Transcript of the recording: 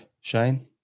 Shane